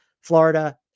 Florida